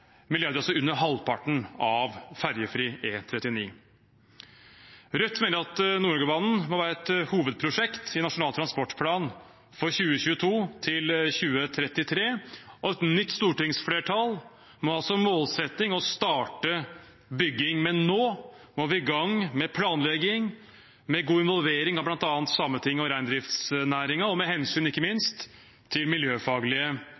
altså under halvparten av ferjefri E39. Rødt mener at Nord-Norge-banen må være et hovedprosjekt i Nasjonal transportplan for 2022–2033. Et nytt stortingsflertall må ha som målsetting å starte bygging, men nå må vi i gang med planlegging, med god involvering av bl.a. Sametinget og reindriftsnæringen, og ikke minst med hensyn til miljøfaglige